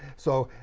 so